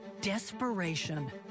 desperation